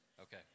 Okay